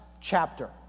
chapter